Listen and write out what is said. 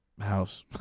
house